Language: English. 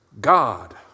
God